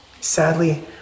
Sadly